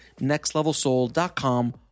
nextlevelsoul.com